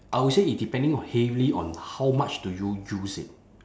I will say it depending heavily on how much do you use it